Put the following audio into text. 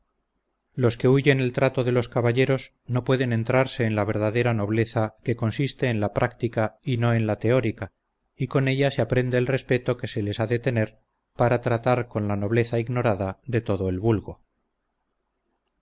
los que huyen el trato de los caballeros no pueden entrarse en la verdadera nobleza que consiste en la práctica y no en la teórica y con ella se aprende el respeto que se les ha de tener para tratar con la nobleza ignorada de todo el vulgo